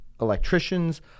electricians